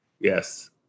Yes